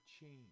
Change